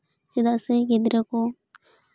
ᱪᱮᱫᱟᱜ ᱥᱮ ᱜᱤᱫᱽᱨᱟᱹ ᱠᱚ